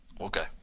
Okay